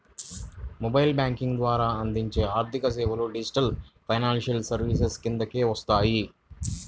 mobile banking ద్వారా అందించే ఆర్థికసేవలు డిజిటల్ ఫైనాన్షియల్ సర్వీసెస్ కిందకే వస్తాయి